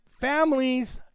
families